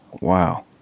Wow